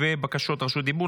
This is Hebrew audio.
ובקשות לרשות דיבור.